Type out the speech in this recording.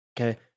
Okay